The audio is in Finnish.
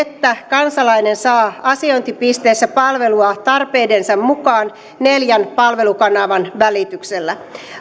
kansalainen saa asiointipisteessä palvelua tarpeidensa mukaan neljän palvelukanavan välityksellä